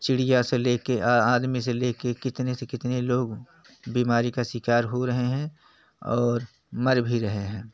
चिड़िया से ले कर आदमी से ले कर कितने से कितने लोग बीमारी का शिकार हो रहे हैं और और मर भी रहे हैं